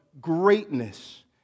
greatness